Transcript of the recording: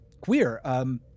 queer